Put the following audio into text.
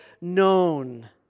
known